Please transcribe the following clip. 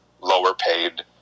lower-paid